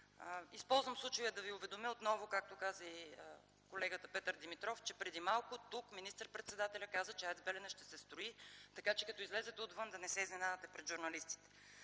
Използвам случая да ви уведомя отново, както каза и колегата Петър Димитров, че преди малко тук министър-председателят каза, че АЕЦ „Белене” ще се строи, така че като излезете отвън да не се изненадате пред журналистите.